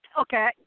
Okay